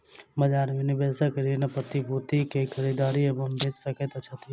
बजार में निवेशक ऋण प्रतिभूति के खरीद एवं बेच सकैत छथि